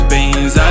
Beans